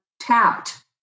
tapped